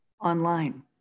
online